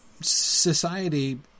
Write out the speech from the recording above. society